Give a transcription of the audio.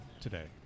today